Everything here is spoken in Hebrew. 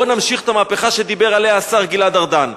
בואו נמשיך את המהפכה שדיבר עליה השר גלעד ארדן.